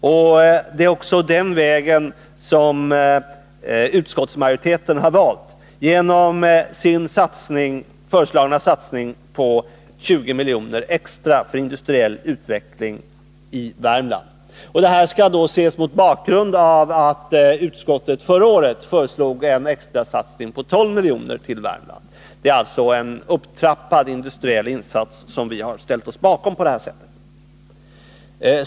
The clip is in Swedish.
Och det är också den vägen som utskottsmajoriteten har valt genom sin föreslagna satsning på 20 miljoner extra till industriell utveckling i Värmland. Den skall också ses mot bakgrund av att utskottet förra året föreslog en extra satsning på 12 miljoner till Värmland. Det är alltså en upptrappad industriell insats som vi har ställt oss bakom på det här sättet.